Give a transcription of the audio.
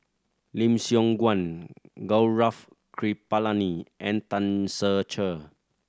Lim Siong Guan Gaurav Kripalani and Tan Ser Cher